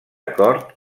acord